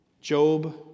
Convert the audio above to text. Job